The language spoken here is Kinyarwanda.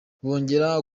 bongera